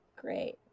Great